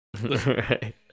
Right